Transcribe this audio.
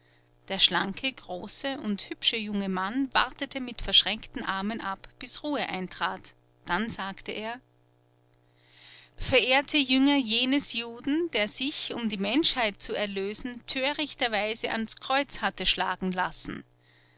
der schlanke große und hübsche junge mann wartete mit verschränkten armen ab bis ruhe eintrat dann sagte er verehrte jünger jenes juden der sich um die menschheit zu erlösen törichterweise ans kreuz hatte schlagen lassen